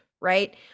right